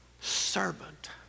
servant